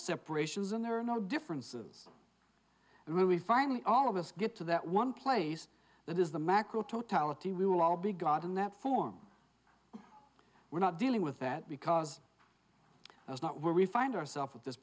separations and there are no differences and when we finally all of us get to that one place that is the macro totality we will all be god in that form we're not dealing with that because that's not where we find ourselves at this